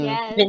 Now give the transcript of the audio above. Yes